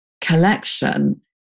Collection